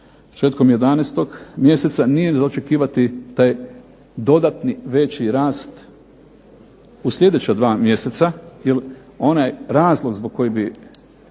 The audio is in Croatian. početkom 11. mjeseca nije za očekivati taj dodatni veći rast u sljedeća dva mjeseca, jer onaj razlog zbog kojeg